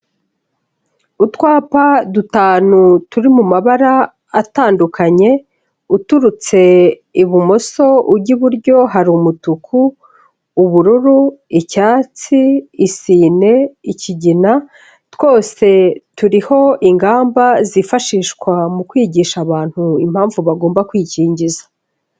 Utwapa dutanu turi mu mabara atandukanye, uturutse ibumoso ujya iburyo hari umutuku, ubururu, icyatsi, isine, ikigina, twose turiho ingamba zifashishwa mu kwigisha abantu impamvu bagomba kwikingiza.